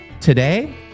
Today